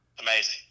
Amazing